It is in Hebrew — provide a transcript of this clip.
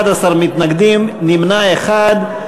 11 מתנגדים, נמנע אחד.